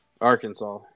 Arkansas